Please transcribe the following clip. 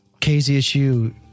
KZSU